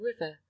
river